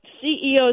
CEOs